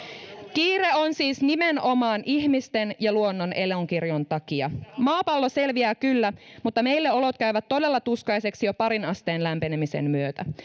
kiire on siis nimenomaan ihmisten ja luonnon elonkirjon takia maapallo selviää kyllä mutta meille olot käyvät todella tuskaisiksi jo parin asteen lämpenemisen myötä